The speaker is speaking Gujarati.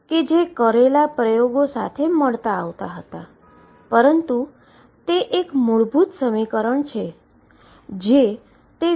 પરંતુ આપણે નું ઈન્ટરપ્રીટ કરવાનું બાકી છે તો ચાલો આ વ્યાખ્યાનમાં આપણે આ સમીકરણ હલ કરીએ